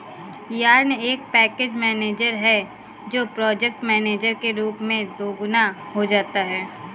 yarn एक package manager है जो प्रोजेक्ट मैनेजर के रूप में दोगुना हो जाता है